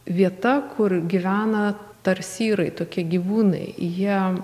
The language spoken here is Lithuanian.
vieta kur gyvena tarsyrai tokie gyvūnai jie